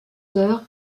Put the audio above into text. heures